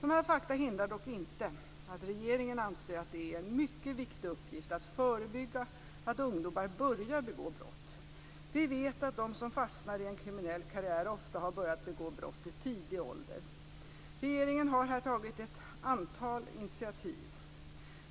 Dessa faktum hindrar dock inte att regeringen anser att det är en mycket viktig uppgift att förebygga att ungdomar börjar begå brott. Vi vet att de som fastnar i en kriminell karriär ofta har börjat begå brott i tidig ålder. Regeringen har här tagit ett antal initiativ.